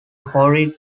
horrid